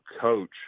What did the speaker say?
coach